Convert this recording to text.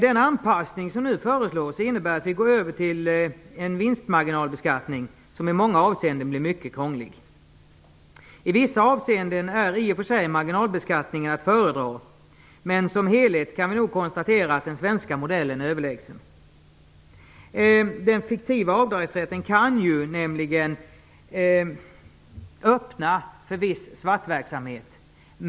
Den anpassning som nu föreslås innebär att vi går över till en marginalbeskattning som i många avseenden blir mycket krånglig. I vissa avseenden är marginalbeskattningen att föredra, men som helhet kan vi nog konstatera att den svenska modellen är överlägsen. Den fiktiva avdragsrätten kan nämligen öppna för viss svartverksamhet.